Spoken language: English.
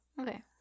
okay